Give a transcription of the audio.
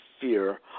fear